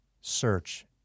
search